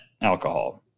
alcohol